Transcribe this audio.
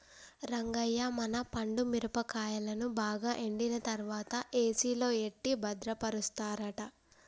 రంగయ్య మన పండు మిరపకాయలను బాగా ఎండిన తర్వాత ఏసిలో ఎట్టి భద్రపరుస్తారట